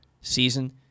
season